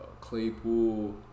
Claypool